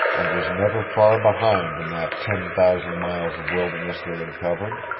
and was never far behind in that ten thousand miles of wilderness they had covered.